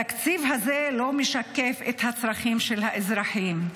התקציב הזה לא משקף את הצרכים של האזרחים.